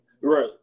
Right